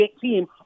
team